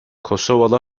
kosovalı